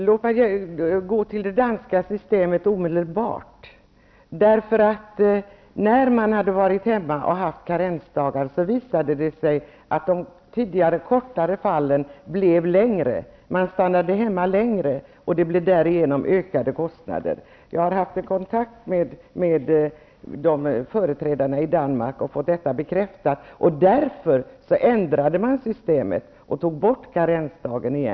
Herr talman! Låt mig omedelbart gå in på det danska systemet. När man varit hemma med karensdagar visade det sig att de tidigare fallen av kort sjukfrånvaro blev längre. Man stannade hemma längre, och det blev därigenom ökade kostnader. Jag har haft kontakt med företrädarna i Danmark och fått detta bekräftat. Därför ändrade man systemet och tog bort karensdagen.